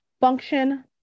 function